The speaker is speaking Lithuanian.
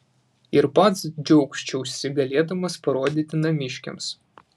ir pats džiaugčiausi galėdamas parodyti namiškiams